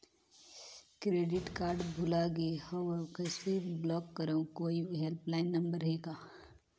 Credit card भुला गे हववं कइसे ब्लाक करव? कोई हेल्पलाइन नंबर हे का?